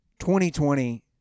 2020